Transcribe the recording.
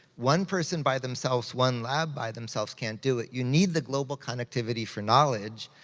one person, by themselves, one lab by themselves can't do it. you need the global connectivity for knowledge,